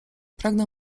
pragnę